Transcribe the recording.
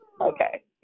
Okay